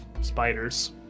spiders